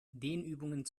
dehnübungen